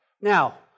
Now